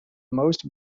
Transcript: most